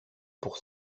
pour